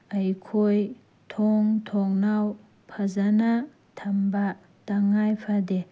ꯑꯩꯈꯣꯏ ꯊꯣꯡ ꯊꯣꯡꯅꯥꯎ ꯐꯖꯅ ꯊꯝꯕ ꯇꯉꯥꯏ ꯐꯗꯦ